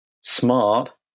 smart